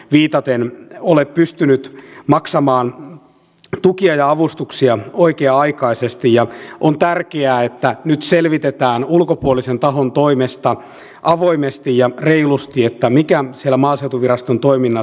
viitaten ole pystynyt maksamaan tukia ja avustuksia oikea aikaisesti ja on tärkeää että nyt selvitetään ulkopuolisen tahon toimesta avoimesti ja reilusti että mikään siellä maaseutuviraston toiminnan